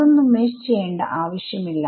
അതൊന്നും മെഷ് ചെയ്യേണ്ട ആവശ്യം ഇല്ല